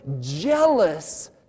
jealous